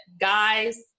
guys